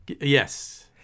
Yes